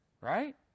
right